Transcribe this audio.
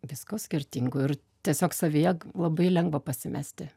visko skirtingų ir tiesiog savyje labai lengva pasimesti